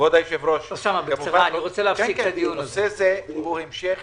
כבוד היושב ראש, הדיון הזה הוא דיון המשך